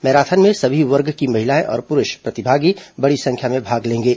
marathon में सभी वर्ग की महिलाएं और पुरूष प्रतिभागी बड़ी संख्या में भाग लेंगे